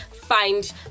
find